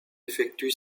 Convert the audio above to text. effectue